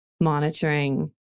monitoring